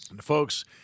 Folks